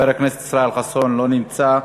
לא נמצא.